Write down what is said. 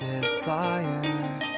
desire